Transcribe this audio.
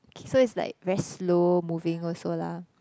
okay so it's like very slow moving also lah